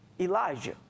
Elijah